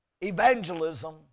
Evangelism